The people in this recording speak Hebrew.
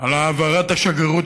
על העברת השגרירות